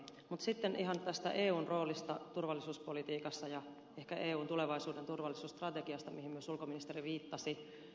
mutta sitten ihan tästä eun roolista turvallisuuspolitiikassa ja ehkä eun tulevaisuuden turvallisuusstrategiasta mihin myös ulkoministeri viittasi